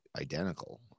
identical